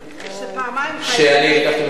פעמיים היית נגד.